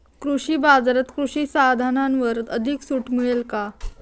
कृषी बाजारात कृषी साधनांवर अधिक सूट मिळेल का?